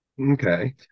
Okay